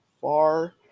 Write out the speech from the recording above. far